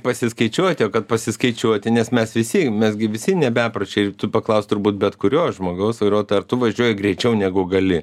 pasiskaičiuoti o kad pasiskaičiuoti nes mes visi mes gi visi ne bepročiai ir tu paklausk turbūt bet kurio žmogaus vairuotojo ar tu važiuoji greičiau negu gali